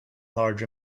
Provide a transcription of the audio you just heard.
large